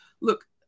Look